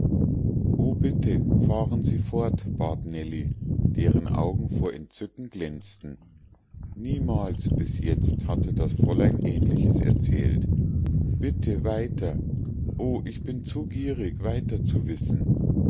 o bitte fahren sie fort bat nellie deren augen vor entzücken glänzten niemals bis jetzt hatte das fräulein ähnliches erzählt bitte weiter o ich bin zu gierig weiter zu wissen